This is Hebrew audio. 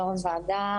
יו"ר הוועדה,